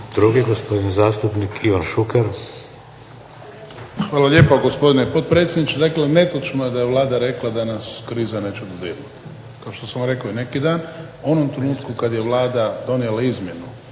Drugi, gospodin zastupnik Ivan Šuker. **Šuker, Ivan (HDZ)** Hvala lijepa gospodine potpredsjedniče. Dakle, netočno je da je Vlada rekla da nas kriza neće dodirnuti. Kao što sam rekao i neki dan u onom trenutku kad je Vlada donijela izmjenu